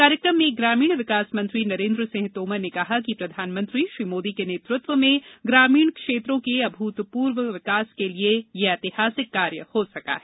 कार्यकम में ग्रामीण विकास मंत्री नरेंद्र सिंह तोमर ने कहा कि प्रधानमंत्री नरेंद्र मोदी के नेतृत्व में ग्रामीण क्षेत्रों के अभूतपूर्व विकास के लिए यह ऐतिहासिक कार्य हो सका है